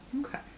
Okay